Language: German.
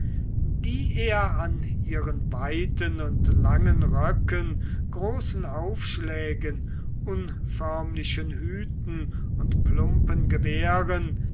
die er an ihren weiten und langen röcken großen aufschlägen unförmlichen hüten und plumpen gewehren